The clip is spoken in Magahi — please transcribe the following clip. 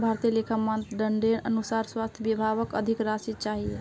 भारतीय लेखा मानदंडेर अनुसार स्वास्थ विभागक अधिक राशि चाहिए